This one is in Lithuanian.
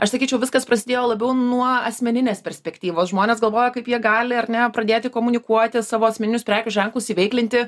aš sakyčiau viskas prasidėjo labiau nuo asmeninės perspektyvos žmonės galvoja kaip jie gali ar ne pradėti komunikuoti savo esminius prekių ženklus iveiklinti